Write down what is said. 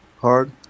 hard